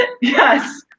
yes